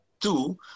two